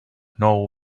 know